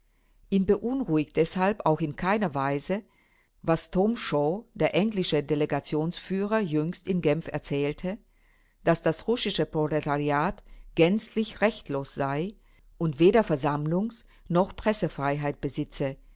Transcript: ihn beunruhigt deshalb auch in keiner weise was tom shaw der englische delegationsführer jüngst in genf erzählte daß das russische proletariat gänzlich rechtlos sei und weder versammlungs noch pressefreiheit besitze